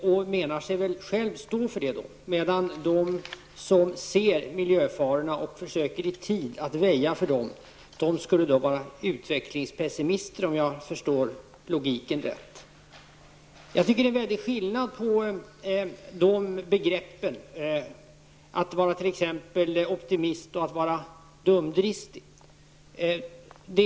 Hon menar väl att hon själv står för utvecklingsoptimism. De som inser miljöfarorna och i tid försöker att väja för dem skulle då vara utvecklingspessimister, om jag förstod logiken rätt. Det är en väldig skillnad på att vara optimist och att vara dumdristig.